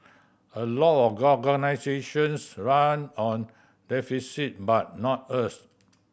a lot of organisations run on deficit but not us